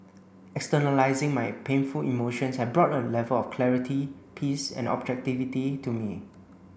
externalising my painful emotions had brought a level of clarity peace and objectivity to me